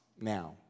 now